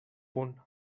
punt